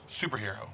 Superhero